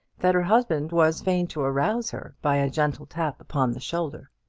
that her husband was fain to arouse her by a gentle tap upon the shoulder.